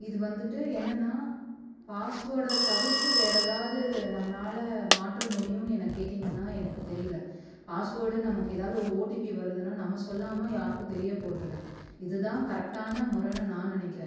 இது வந்துட்டு என்னென்னா பாஸ்வேர் தடைவிர்த்து வேற ஏதாவது நம்மனால் மாற்ற முடியும்னு என்ன கேட்டீங்கன்னால் எனக்கு தெரியல பாஸ்வேர்டு நமக்கு ஏதாவது ஒரு ஓடிபி வருதுன்னா நம்ம சொல்லாமல் யாருக்கும் தெரிய போகிறதில்ல இதுதான் கரெக்டான முறைன்னு நான் நினைக்கிறேன்